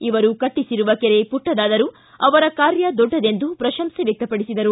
ಇವರು ಕಟ್ಟಿಸಿರುವ ಕೆರೆ ಪುಟ್ಟದಾದರೂ ಅವರ ಕಾರ್ಯ ದೊಡ್ಡದೆಂದು ಪ್ರಶಂಸೆ ವ್ಯಕ್ತಪಡಿಸಿದರು